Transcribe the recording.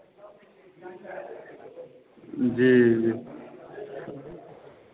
जी जी